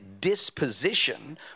disposition